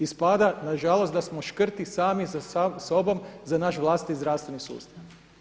Ispada na žalost da smo škrti sami sa sobom za naš vlastiti zdravstveni sustav.